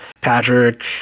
Patrick